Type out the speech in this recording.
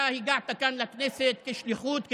אתה הגעת כאן לכנסת בשליחות,